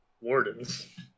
wardens